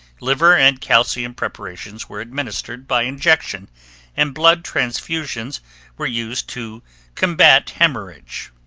liver and calcium preparations were administered by injection and blood transfusions were used to combat hemorrhage.